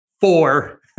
Four